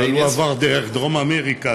אבל הוא עבר דרך דרום אמריקה,